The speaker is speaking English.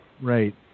Right